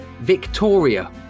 Victoria